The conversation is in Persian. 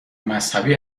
مذهبی